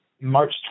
March